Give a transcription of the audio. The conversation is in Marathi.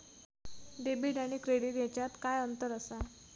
डेबिट आणि क्रेडिट ह्याच्यात काय अंतर असा?